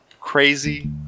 crazy